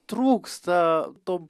trūksta to